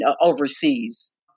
overseas